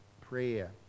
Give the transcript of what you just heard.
prayer